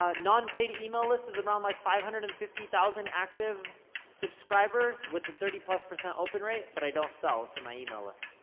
ah non-paid email list is around like five hundred and fifty thousand active subscribers with a thirty plus percent open rate, but i don't sell to my email list,